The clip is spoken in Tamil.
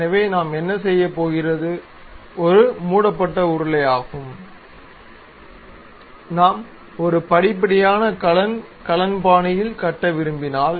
எனவே நாம் என்ன செய்யப் போகிறது ஒரு மூடபட்ட உருளையாகும் நாம் ஒரு படிப்படியான கலன் கலன் பாணியில் கட்ட விரும்பினால்